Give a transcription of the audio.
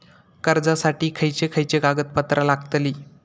कर्जासाठी खयचे खयचे कागदपत्रा लागतली?